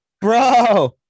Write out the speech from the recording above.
bro